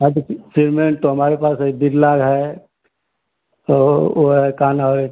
ओर किसी सिमेंट में तो हमारे पास एक बिरला है ओ वो ए कान अउ एक